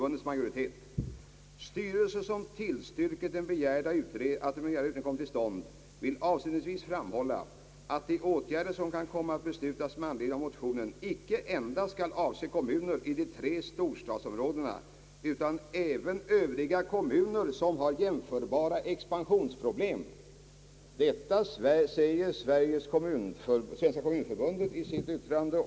Styrelsen skriver: »Styrelsen, som tillstyrker att den begärda utredningen kommer till stånd, vill avslutningsvis framhålla att de åtgärder som kan komma att beslutas med anledning av motionerna inte endast bör avse kommunerna i de tre storstadsområdena utan också andra kommuner som har jämförbara expansionsproblem.» Detta säger alltså Svenska kommunförbundet i sitt yttrande.